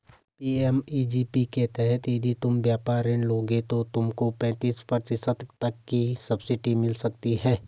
PMEGP के तहत यदि तुम व्यापार ऋण लोगे तो तुमको पैंतीस प्रतिशत तक की सब्सिडी मिल सकती है